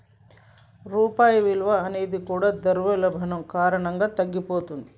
రూపాయి విలువ అనేది కూడా ద్రవ్యోల్బణం కారణంగా తగ్గిపోతది